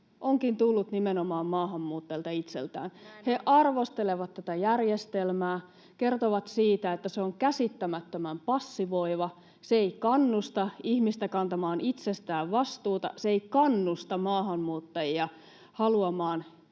ovatkin tulleet nimenomaan maahanmuuttajilta itseltään. He arvostelevat tätä järjestelmää ja kertovat, että se on käsittämättömän passivoiva, se ei kannusta ihmistä kantamaan itsestään vastuuta ja se ei kannusta maahanmuuttajia haluamaan